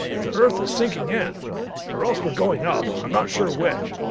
the earth is sinking in or else we're going up, i'm not sure which.